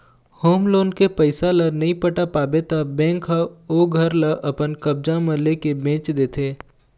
home loan के पइसा ल नइ पटा पाबे त बेंक ह ओ घर ल अपन कब्जा म लेके बेंच देथे